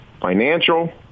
financial